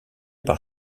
par